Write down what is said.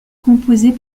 composée